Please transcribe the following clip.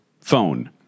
phone